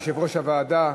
יושב-ראש הוועדה,